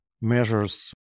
measures